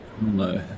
No